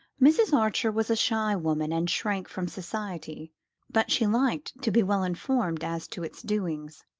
mrs. archer was a shy woman and shrank from society but she liked to be well-informed as to its doings.